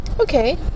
okay